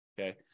Okay